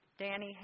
Danny